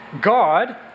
God